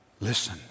listen